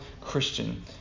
Christian